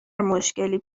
مشکلی